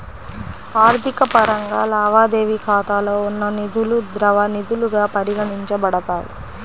ఆర్థిక పరంగా, లావాదేవీ ఖాతాలో ఉన్న నిధులుద్రవ నిధులుగా పరిగణించబడతాయి